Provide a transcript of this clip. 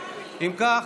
אם כך,